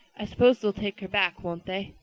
i suppose they'll take her back, won't they?